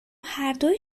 هردو